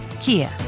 Kia